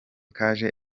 kaje